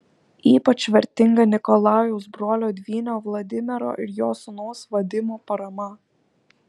ypač vertinga nikolajaus brolio dvynio vladimiro ir jo sūnaus vadimo parama